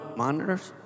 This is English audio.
monitors